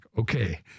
okay